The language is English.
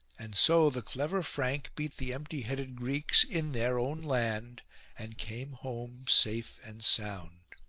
and so the clever frank beat the empty-headed greeks in their own land and came home safe and sound.